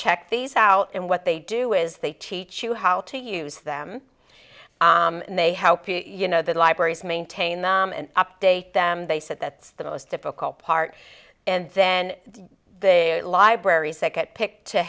check these out and what they do is they teach you how to use them and they how you know the libraries maintain them and update them they said that's the most difficult part and then the libraries that get picked to